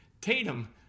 Tatum